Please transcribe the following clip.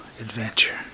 adventure